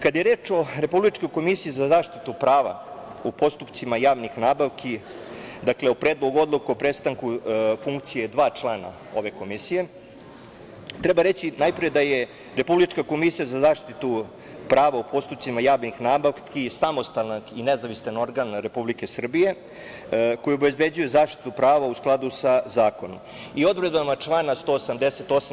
Kada je reč o Republičkoj komisiji za zaštitu prava u postupcima javnih nabavki, o Predlogu odluke o prestanku funkcije dva člana ove Komisije, treba reći najpre da je Republička komisija za zaštitu prava u postupcima javnih nabavki samostalan i nezavistan organ Republike Srbije koji obezbeđuje zaštitu prava u skladu sa zakonom i odredbama člana 188.